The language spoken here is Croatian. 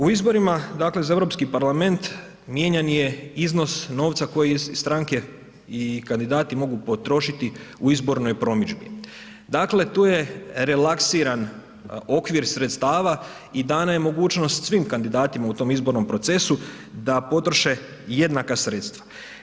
U izborima, dakle za Europski parlament mijenjan je iznos novca koji stranke i kandidati mogu potrošiti u izbornoj promidžbi, dakle tu je relaksiran okvir sredstava i dana je mogućnost svim kandidatima u tom izbornom procesu da potroše jednaka sredstva.